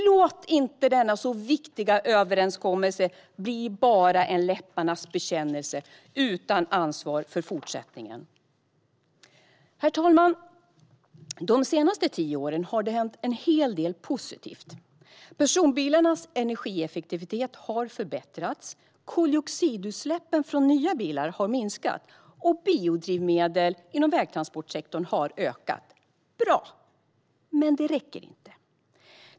Låt inte denna så viktiga överenskommelse bli bara en läpparnas bekännelse utan ansvar för fortsättningen. Herr talman! De senaste tio åren har det hänt en hel del positivt. Personbilarnas energieffektivitet har förbättrats, koldioxidutsläppen från nya bilar har minskat och biodrivmedel inom vägtransportsektorn har ökat. Bra! Men det räcker inte.